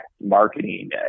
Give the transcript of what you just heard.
marketing